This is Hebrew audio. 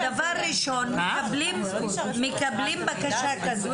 מקבלים בקשה כזאת,